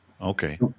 Okay